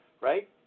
right